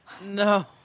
No